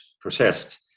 processed